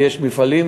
ויש מפעלים,